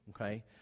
okay